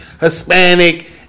Hispanic